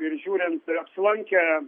ir žiūrint apsilankę